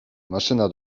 maszyna